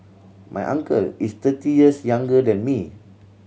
my uncle is thirty years younger than me